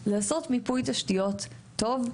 לעשות מיפוי תשתיות טוב,